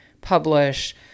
publish